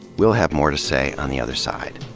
we'll have more to say on the other side.